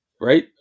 Right